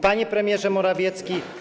Panie Premierze Morawiecki!